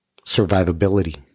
survivability